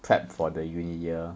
prep for the uni year